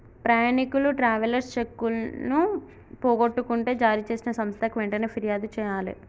ప్రయాణీకులు ట్రావెలర్స్ చెక్కులను పోగొట్టుకుంటే జారీచేసిన సంస్థకి వెంటనే పిర్యాదు జెయ్యాలే